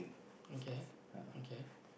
okay okay